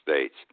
States